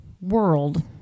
world